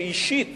שאישית